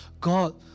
God